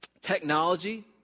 Technology